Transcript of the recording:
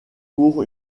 pour